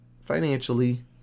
financially